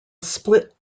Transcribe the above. split